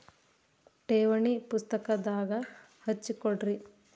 ಠೇವಣಿ ಪುಸ್ತಕದಾಗ ಹಚ್ಚಿ ಕೊಡ್ರಿ